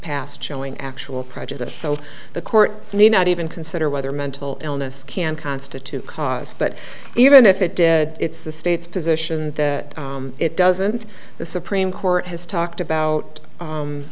past showing actual prejudice so the court need not even consider whether mental illness can constitute cause but even if it did it's the state's position that it doesn't the supreme court has talked about